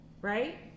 right